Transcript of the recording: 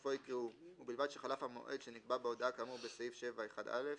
בסופו יקראו "ובלבד שחלף המועד שנקבע בהודעה כאמור בסעיף 7(1א)".